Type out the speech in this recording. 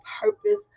purpose